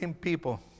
people